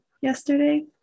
yesterday